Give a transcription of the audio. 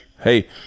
Hey